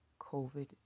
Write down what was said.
COVID